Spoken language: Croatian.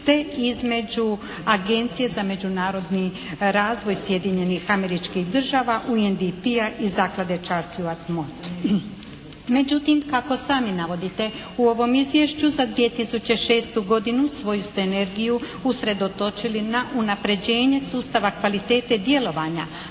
te između Agencije za međunarodni razvoj Sjedinjenih Američkih Država …/Govornik se ne razumije./… i zaklade …/Govornik se ne razumije./… Međutim, kako sami navodite u ovom izvješću za 2006. godinu svoju ste energiju usredotočili na unapređenje sustava kvalitete djelovanja,